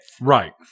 Right